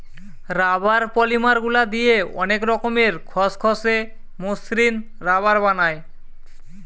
rubber polymer গুলা দিয়ে অনেক রকমের খসখসে, মসৃণ রাবার বানায়